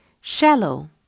Shallow